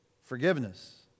Forgiveness